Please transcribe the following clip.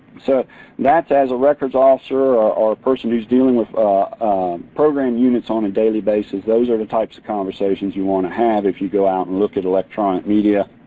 so that's as a records officer or person who's doing program units on a daily basis, those are the types of conversations you want to have if you go out and look at electronic media,